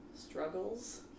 Struggles